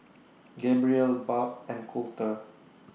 Gabrielle Barb and Colter